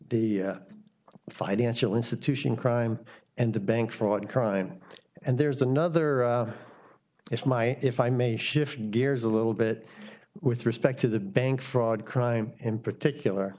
the financial institution crime and the bank fraud crime and there's another if my if i may shift gears a little bit with respect to the bank fraud crime in particular